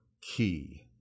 key